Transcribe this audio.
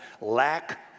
lack